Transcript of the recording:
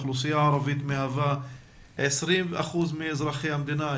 האוכלוסייה הערבית מהווה 20% מאזרחי המדינה,